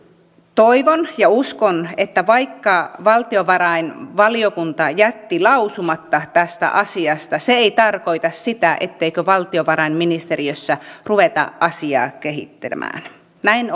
toivon ja uskon että vaikka valtiovarainvaliokunta jätti lausumatta tästä asiasta niin se ei tarkoita sitä etteikö valtiovarainministeriössä ruveta asiaa kehittelemään näin